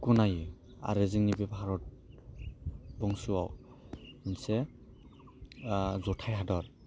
गनायो आरो जोंनि बे भारत बनसआव मोनसे जथाइ हादर